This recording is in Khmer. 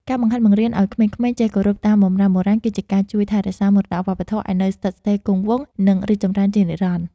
ការបង្ហាត់បង្រៀនឱ្យក្មេងៗចេះគោរពតាមបម្រាមបុរាណគឺជាការជួយថែរក្សាមរតកវប្បធម៌ឱ្យនៅស្ថិតស្ថេរគង់វង្ស និង រីកចម្រើនជានិរន្តរ៍។